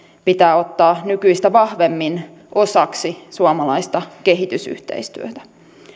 pitää ottaa nykyistä vahvemmin osaksi suomalaista kehitysyhteistyötä